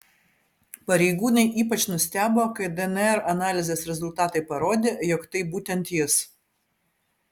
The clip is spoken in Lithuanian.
pareigūnai ypač nustebo kai dnr analizės rezultatai parodė jog tai būtent jis